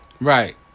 Right